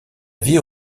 vie